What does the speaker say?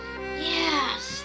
Yes